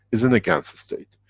is in the gans-state.